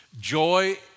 Joy